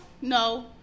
no